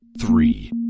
Three